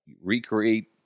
recreate